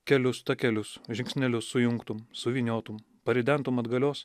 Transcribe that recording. kelius takelius žingsnelius sujungtum suvyniotum paridentum atgalios